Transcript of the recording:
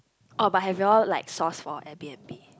oh but have you all like source for Airbnb